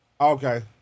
Okay